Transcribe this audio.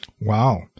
Wow